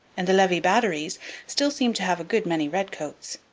and the levis batteries still seemed to have a good many redcoats.